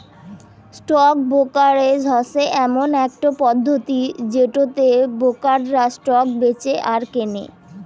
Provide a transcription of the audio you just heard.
stock brokerage হসে এমন একটো পদ্ধতি যেটোতে ব্রোকাররা স্টক বেঁচে আর কেনে